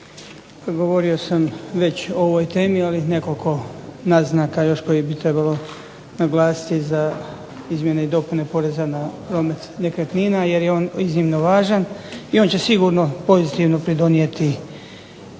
Pa govorio sam već o ovoj temi, ali nekoliko naznaka još koje bi trebalo naglasiti za izmjene i dopune poreza na promet nekretnina jer je on iznimno važan i on će sigurno pozitivno pridonijeti tom